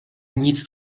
nic